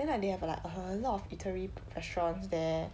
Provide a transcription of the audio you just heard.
then like they have like a lot of eatery restaurants there